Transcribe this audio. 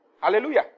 Hallelujah